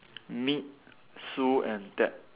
meet Sue and Ted